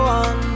on